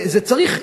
זה צריך,